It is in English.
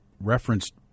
referenced